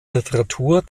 literatur